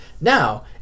now